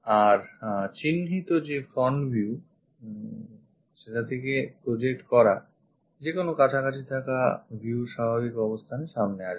আর চিহ্নিত front view থেকে project করা যেকোন কাছাকাছি থাকা view স্বাভাবিক অবস্থানে সামনে আসবে